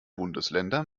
bundesländer